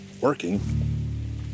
working